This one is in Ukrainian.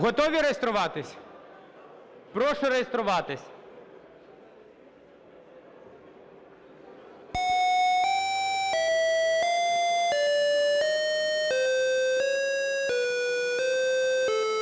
Готові реєструватись? Прошу реєструватись.